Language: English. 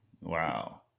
Wow